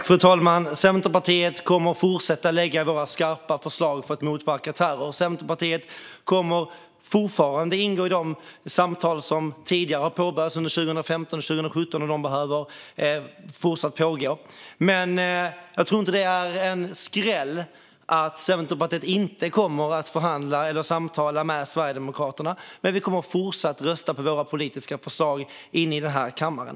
Fru talman! Centerpartiet kommer att fortsätta lägga fram skarpa förslag för att motverka terror. Vi kommer att ingå i de samtal som har påbörjats under 2015 och 2017 och som fortsatt pågår. Men jag tror inte att det är en skräll när jag säger att Centerpartiet inte kommer att samtala med Sverigedemokraterna. Vi kommer fortsatt att rösta på våra politiska förslag i den här kammaren.